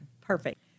Perfect